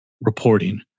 reporting